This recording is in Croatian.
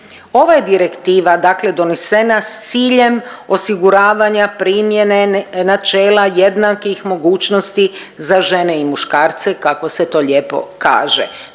Ova je direktiva, dakle donesena s ciljem osiguravanja primjene načela jednakih mogućnosti za žene i muškarce kako se to lijepo kaže.